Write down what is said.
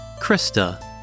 Krista